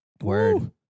Word